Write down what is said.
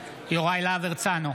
להב הרצנו,